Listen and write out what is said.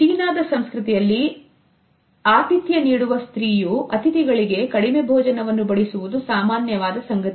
ಚೀನಾದ ಸಂಸ್ಕೃತಿಯಲ್ಲಿ ಆದಿತ್ಯ ನೀಡುವ ಸ್ತ್ರೀಯು ಅತಿಥಿಗಳಿಗೆ ಕಡಿಮೆ ಭೋಜನವನ್ನು ಬಡಿಸುವುದು ಸಾಮಾನ್ಯವಾದ ಸಂಗತಿ